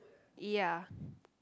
ya